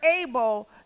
able